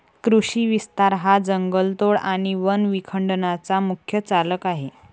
कृषी विस्तार हा जंगलतोड आणि वन विखंडनाचा मुख्य चालक आहे